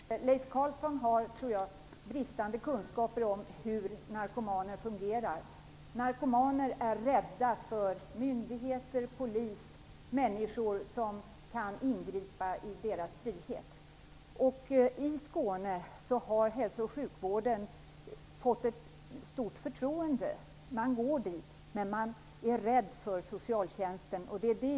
Fru talman! Jag tror att Leif Carlson har bristande kunskaper om hur narkomaner fungerar. Narkomaner är rädda för myndigheter. De är rädda för Polisen och för människor som kan ingripa i deras frihet. I Skåne har hälso och sjukvården fått ett stort förtroende. Man går dit, men man är rädd för socialtjänsten.